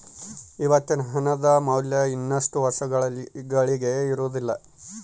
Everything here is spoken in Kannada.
ಇವತ್ತಿನ ಹಣದ ಮೌಲ್ಯ ಇನ್ನಷ್ಟು ವರ್ಷಗಳಿಗೆ ಇರುವುದಿಲ್ಲ